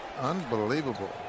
Unbelievable